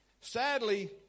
Sadly